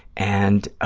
and